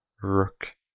rook